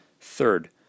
Third